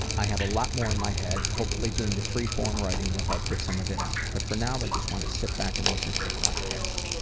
i have a lot more in my head. hopefully doing the free form writing will help get some of it out. but for now i just want to sit back a and listen to the podcast.